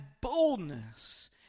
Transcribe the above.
boldness